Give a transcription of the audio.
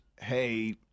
hey